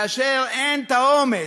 כאשר אין את האומץ,